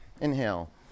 Inhale